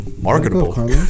Marketable